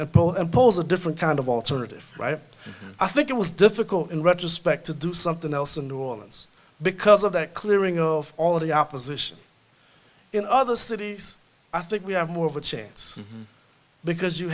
a poll and polls a different kind of alternative right i think it was difficult in retrospect to do something else in new orleans because of that clearing of all of the opposition in other cities i think we have more of a chance because you